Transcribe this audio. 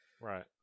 right